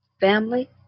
Family